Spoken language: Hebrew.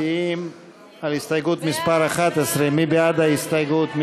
אנחנו מצביעים על הסתייגות מס' 11. מי בעד ההסתייגות?